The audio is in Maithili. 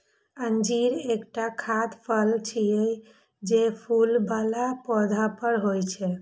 अंजीर एकटा खाद्य फल छियै, जे फूल बला पौधा पर होइ छै